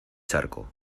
charco